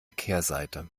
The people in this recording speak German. kehrseite